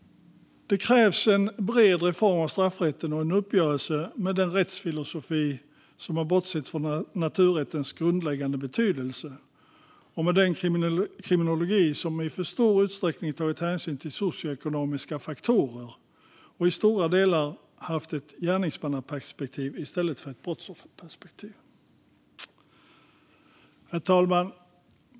Det krävs en bred reform av straffrätten och en uppgörelse med den rättsfilosofi som har bortsett från naturrättens grundläggande betydelse och med den kriminologi som i för stor utsträckning har tagit hänsyn till socioekonomiska faktorer och i stora delar haft ett gärningsmannaperspektiv i stället för ett brottsofferperspektiv. Herr talman!